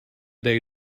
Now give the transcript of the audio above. day